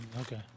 Okay